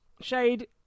Shade